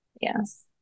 yes